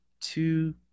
two